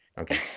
Okay